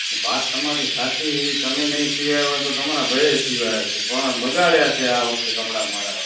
વાત તમારી સાચી તમે નહીં સિવ્યાં હોય તો તમારે ભાઈએ સિવ્યાં હશે પણ બગાડ્યાં છે આ વખતે કપડાં મારા